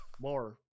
More